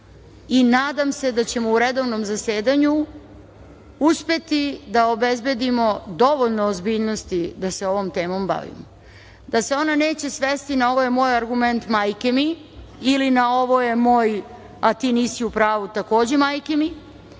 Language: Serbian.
i nadam se da ćemo u redovnom zasedanju uspeti da obezbedimo dovoljno ozbiljnosti da se ovom temom bavimo. Da se ona neće svesti na – ovo je moj argument, majke mi ili na – ovo je moj, a ti nisi u pravu, takođe majke mi,